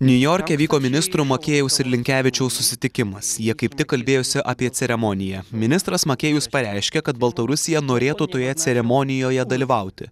niujorke vyko ministro makėjaus ir linkevičiaus susitikimas jie kaip tik kalbėjosi apie ceremoniją ministras makėjus pareiškė kad baltarusija norėtų toje ceremonijoje dalyvauti